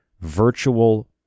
virtual